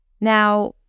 Now